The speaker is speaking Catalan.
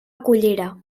cullera